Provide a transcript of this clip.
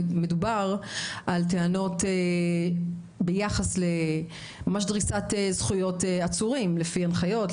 מדובר על טענות ביחס לדריסת זכויות עצורים לפי הנחיות,